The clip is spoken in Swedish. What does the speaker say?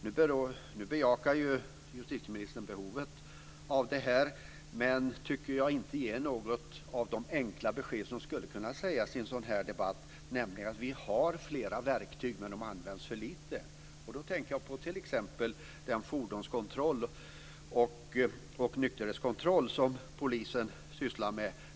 Nu bejakar justitieministern behovet av åtgärder, men, tycker jag, ger inte något av de enkla besked som skulle kunna ges i en sådan här debatt, nämligen att vi har flera verktyg men att de används för lite. Då tänker jag t.ex. på de fordons och nykterhetskontroller som polisen sysslar med.